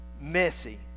messy